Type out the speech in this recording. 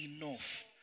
enough